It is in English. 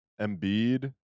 Embiid